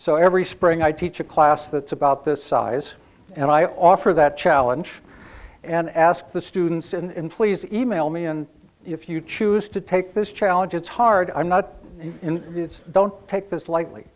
so every spring i teach a class that's about the size and i offer that challenge and ask the students in please email me and if you choose to take this challenge it's hard i'm not don't take this lightly